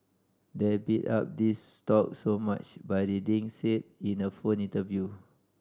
they bid up these stocks so much by reading said in a phone interview